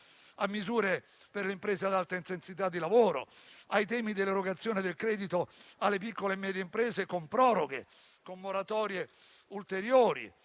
misure per le imprese ad alta intensità di lavoro, ad affrontare i temi di erogazione del credito alle piccole e medie imprese con proroghe, con moratorie ulteriori